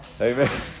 Amen